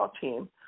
team